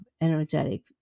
energetic